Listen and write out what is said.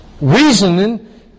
reasoning